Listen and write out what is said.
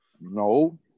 No